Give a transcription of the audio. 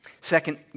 Second